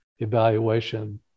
evaluation